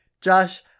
Josh